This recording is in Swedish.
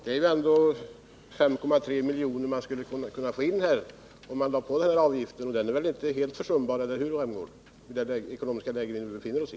Det är ändå 5,3 milj.kr. som man skulle kunna få in till statskassan, om man lade på den här avgiften. Den summan är väl inte helt försumbar, herr Rämgård, i det ekonomiska läge som vi nu befinner oss i?